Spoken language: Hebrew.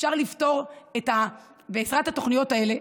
אפשר לפתור בעזרת התוכנית הזאת,